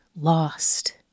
lost